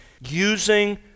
using